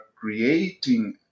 creating